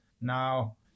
now